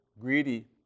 greedy